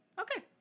Okay